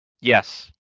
Yes